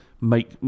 make